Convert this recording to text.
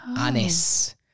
anise